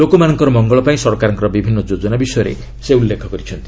ଲୋକମାନଙ୍କର ମଙ୍ଗଳ ପାଇଁ ସରକାରଙ୍କର ବିଭିନ୍ନ ଯୋଜନା ବିଷୟରେ ସେ ଉଲ୍ଲେଖ କରିଚ୍ଛନ୍ତି